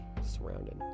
surrounded